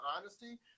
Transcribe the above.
honesty